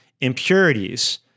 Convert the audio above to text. impurities